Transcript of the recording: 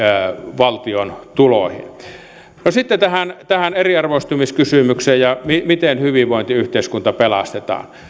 valtion tuloihin sitten tähän tähän eriarvoistumiskysymykseen ja siihen miten hyvinvointiyhteiskunta pelastetaan